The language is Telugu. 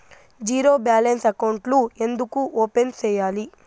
జీరో బ్యాలెన్స్ అకౌంట్లు ఎందుకు ఓపెన్ సేయాలి